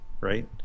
Right